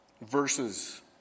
verses